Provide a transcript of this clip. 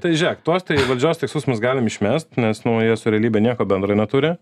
tai žiūrėk tuos valdžios tikslus mes galim išmest nes nu jie su realybe nieko bendro neturi